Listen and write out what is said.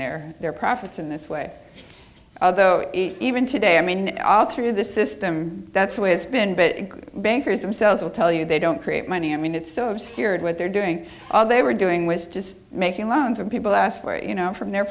their their profits in this way although even today i mean all through the system that's the way it's been but bankers themselves will tell you they don't create money i mean it's so obscured what they're doing all they were doing was just making loans of people asked for you know from their